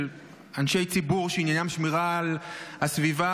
של אנשי ציבור שעניינם שמירה על הסביבה,